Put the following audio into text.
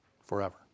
forever